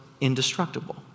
indestructible